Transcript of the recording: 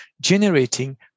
generating